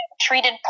treated